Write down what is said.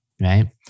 right